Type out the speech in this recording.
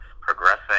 progressing